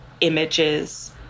images